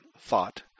thought